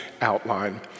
outline